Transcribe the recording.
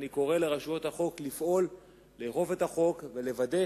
אני קורא לרשויות החוק לפעול לאכוף את החוק ולוודא